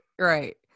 right